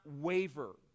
waver